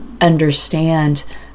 understand